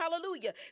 hallelujah